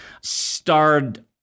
starred